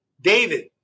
David